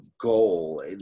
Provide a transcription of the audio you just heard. Goal